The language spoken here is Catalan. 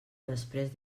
després